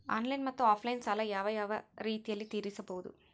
Online ಮತ್ತೆ offline ಸಾಲ ಯಾವ ಯಾವ ರೇತಿನಲ್ಲಿ ತೇರಿಸಬಹುದು?